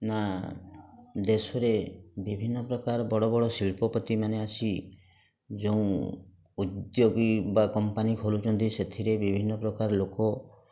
ନା ଦେଶରେ ବିଭିନ୍ନ ପ୍ରକାର ବଡ଼ବଡ଼ ଶିଳ୍ପପତିମାନେ ଆସି ଯେଉଁ ଉଦ୍ୟୋଗୀ ବା କମ୍ପାନୀ ଖୋଲୁଛନ୍ତି ସେଥିରେ ବିଭିନ୍ନ ପ୍ରକାର ଲୋକ